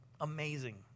amazing